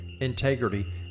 integrity